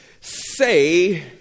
say